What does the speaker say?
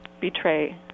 betray